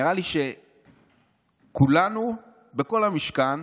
נראה לי שכולנו בכל המשכן